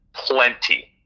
Plenty